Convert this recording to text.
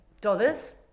dollars